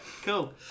Cool